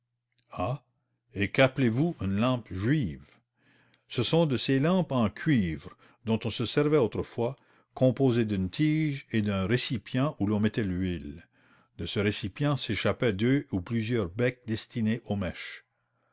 et qu'appelez-vous une lampe juive ce sont de ces lampes dont on se servait autrefois composées d'une tige et d'un récipient où l'on mettait l'huile de ce récipient s'échappaient deux ou plusieurs becs destinés aux mèches